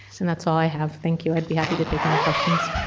and that's all i have. thank you. i'd be happy to take any questions.